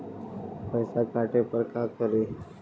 पैसा काटे पर का करि?